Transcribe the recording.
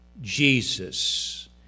Jesus